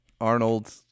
Arnold